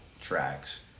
tracks